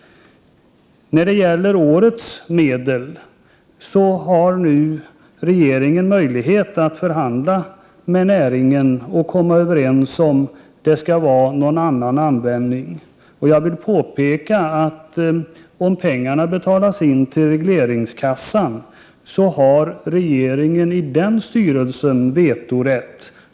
När det gäller årets medel har regeringen nu möjlighet att förhandla med näringen och komma överens med den om användningen. Jag vill påpeka att om pengarna betalas in till regleringskassan har regeringen i dess styrelse vetorätt.